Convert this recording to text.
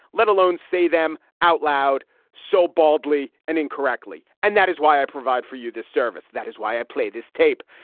let alone say them out loud so baldly and incorrectly. and that is why i provide for you this service. that is why i play this tape.